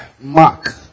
Mark